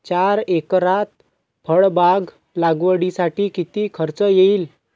चार एकरात फळबाग लागवडीसाठी किती खर्च येईल?